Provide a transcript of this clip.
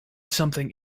something